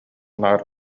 наар